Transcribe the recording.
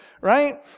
Right